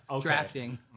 Drafting